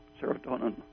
serotonin